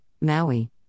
Maui